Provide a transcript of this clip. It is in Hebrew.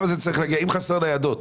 אם חסרות ניידות,